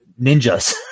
ninjas